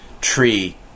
tree